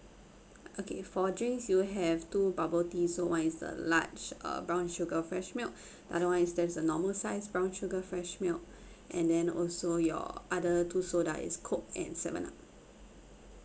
okay for drinks you have two bubble tea so one is the large uh brown sugar fresh milk other one is that's a normal size brown sugar fresh milk and then also your other two soda is coke and seven up